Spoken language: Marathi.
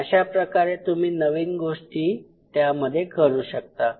अशाप्रकारे तुम्ही नवीन गोष्टी त्यामध्ये करू शकतात